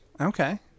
Okay